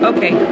Okay